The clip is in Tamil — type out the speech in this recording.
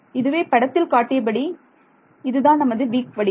ஆகவே படத்தில் காட்டியபடி இதுதான் நமது வீக் வடிவம்